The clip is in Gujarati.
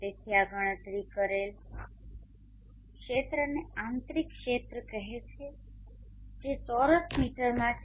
તેથી આ ગણતરી કરેલ ક્ષેત્રને આંતરિક ક્ષેત્ર કહેવામાં આવે છે જે ચોરસ મીટરમાં છે